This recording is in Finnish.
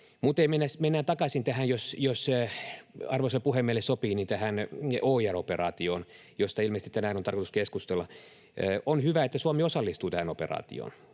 Mutta mennään takaisin, jos arvoisalle puhemiehelle sopii, OIR-operaatioon, josta ilmeisesti tänään on tarkoitus keskustella. On hyvä, että Suomi osallistuu tähän operaatioon.